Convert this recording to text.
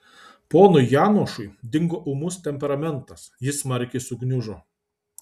ponui janošui dingo ūmus temperamentas jis smarkiai sugniužo